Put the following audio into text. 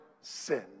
sin